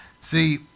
See